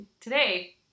today